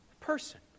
person